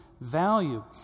Value